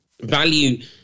value